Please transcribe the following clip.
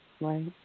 Right